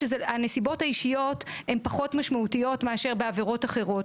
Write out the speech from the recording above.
שהנסיבות האישיות הן פחות משמעותיות מאשר בעבירות אחרות,